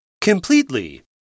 Completely